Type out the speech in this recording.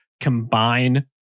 combine